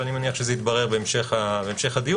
ואני מניח שזה יתברר בהמשך הדיון,